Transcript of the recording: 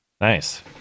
Nice